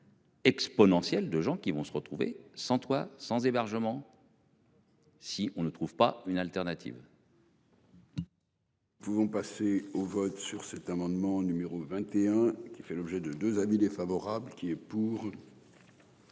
Exponentielle de gens qui vont se retrouver sans toit, sans hébergement. Si on ne trouve pas une alternative. Vous vont passer au vote sur cet amendement numéro 21 qui fait l'objet de 2 avis défavorable qui est pour.